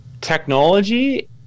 Technology